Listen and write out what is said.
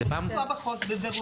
החובה קבועה בחוק בבירור.